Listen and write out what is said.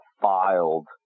filed